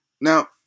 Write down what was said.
Now